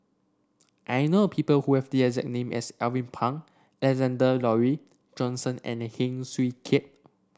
I know people who have the exact name as Alvin Pang Alexander Laurie Johnston and Heng Swee Keat